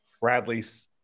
Bradley's